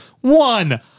One